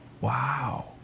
Wow